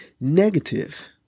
negative